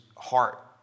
heart